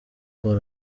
paul